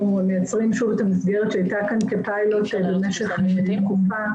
מייצרים שוב את המסגרת שהייתה כאן כפיילוט במשך תקופה,